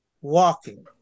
walking